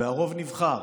והרוב נבחר